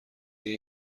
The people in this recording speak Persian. این